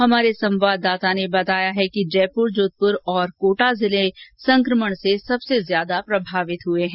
हमारे संवाददाता ने बताया है कि जयपुर जोधपुर तथा कोटा जिले संक्रमण से सबसे ज्यादा प्रभावित हुए हैं